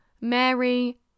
Mary